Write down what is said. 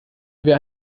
wer